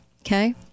Okay